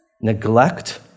neglect